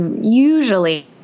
usually